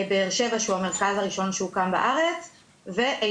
באר שבע, שהוא המרכז הראשון שהוקם בארץ ואילת.